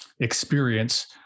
experience